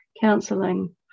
counselling